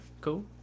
cool